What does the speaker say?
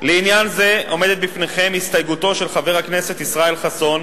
לעניין זה עומדת בפניכם הסתייגותו של חבר הכנסת ישראל חסון,